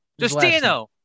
Justino